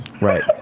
Right